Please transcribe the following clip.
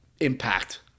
impact